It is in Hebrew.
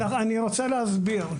אני רוצה להסביר.